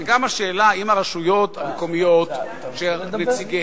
זאת גם השאלה אם הרשויות המקומיות שנציגיהן